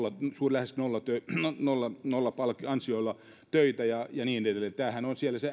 lähes nolla ansioilla töitä ja ja niin edelleen tämähän on siellä se